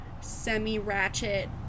semi-ratchet